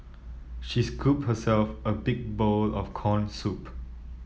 she scooped herself a big bowl of corn soup